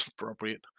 appropriate